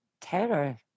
terror